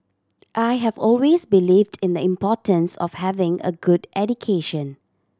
I have always believed in the importance of having a good education